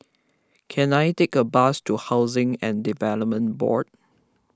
can I take a bus to Housing and Development Board